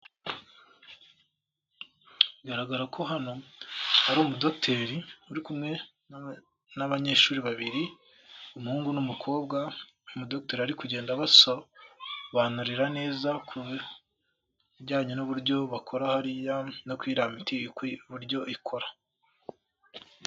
Bigaragara ko hano ari Umudogiteri uri kumwe n'abanyeshuri babiri, umuhungu n'umukobwa Umudogiteri ari kugenda abasobanurira neza ku bijyanye n'uburyo bakora hariya no ku iriya miti uburyo ikora.